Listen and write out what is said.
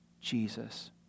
Jesus